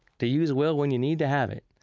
to use will when you need to have it.